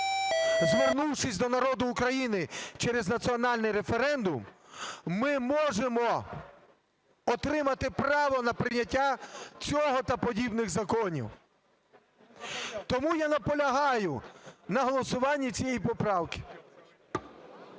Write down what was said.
звернувшись до народу України через національний референдум, ми можемо отримати право на прийняття цього та подібних законів. Тому я наполягаю на голосуванні цієї поправки.